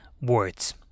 words